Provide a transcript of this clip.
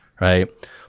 Right